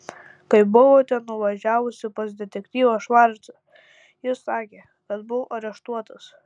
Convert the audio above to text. kai buvote nuvažiavusi pas detektyvą švarcą jis sakė kad buvau areštuotas